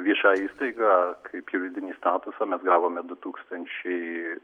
viešąją įstaigą kaip juridinį statusą mes gavome du tūkstančiai